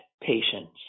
patients